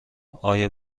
آیا